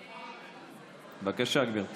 בבקשה, גברתי.